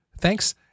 Thanks